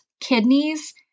kidneys